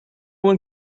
one